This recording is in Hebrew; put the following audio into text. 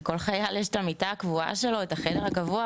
לכל חייל יש את המיטה הקבועה שלו, את החדר הקבוע.